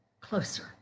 closer